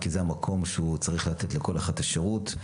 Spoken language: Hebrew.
כי זה המקום שהוא צריך לתת לכל אחד את השירות.